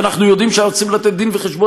אנחנו יודעים שאנחנו צריכים לתת דין-וחשבון